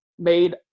made